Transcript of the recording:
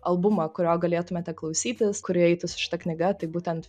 albumą kurio galėtumėte klausytis kuri eitų su šita knyga tai būtent